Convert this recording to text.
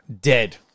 Dead